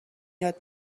یاد